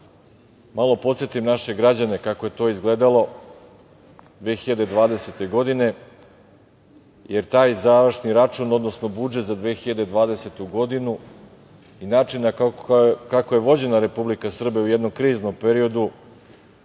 malo podsetim naše građane kako je to izgledalo 2020. godine, jer taj završni račun, odnosno budžet za 2020. godinu i način kako je vođenja Republika Srbija u jednom kriznom periodu